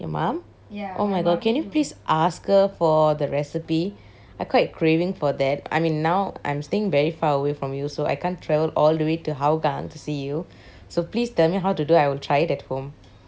your mum oh my god can you please ask her for the recipe I quite craving for that I mean now I'm staying very far away from you so I can't travel all the way to hougang to see you so please tell me how to do I will try it at home